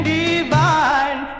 divine